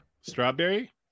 strawberry